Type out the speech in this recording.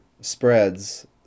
spreads